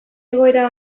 egoera